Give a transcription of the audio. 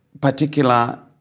particular